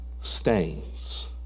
stains